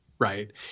Right